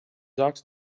jocs